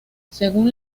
según